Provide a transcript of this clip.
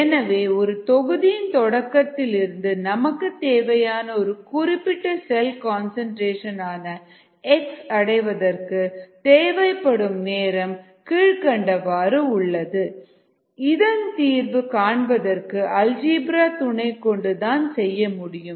எனவே ஒரு தொகுதியின் தொடக்கத்திலிருந்து நமக்குத் தேவையான ஒரு குறிப்பிட்ட செல் கான்சன்ட்ரேசன் x அடைவதற்கு தேவைப்படும் நேரம் கீழ்கண்டவாறு உள்ளது இதன் தீர்வு காண்பதற்கு அல்ஜிப்ரா துணை கொண்டு தான் செய்ய முடியும்